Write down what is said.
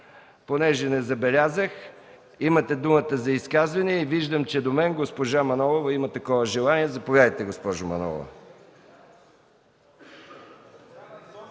Понеже не забелязах – имате думата за изказвания. Виждам, че до мен госпожа Манолова има такова желание – заповядайте, госпожо Манолова.